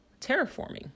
terraforming